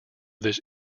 this